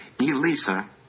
Elisa